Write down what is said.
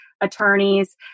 attorneys